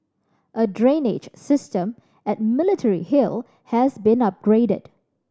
a drainage system at Military Hill has been upgraded